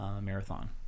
marathon